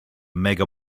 mega